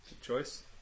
choice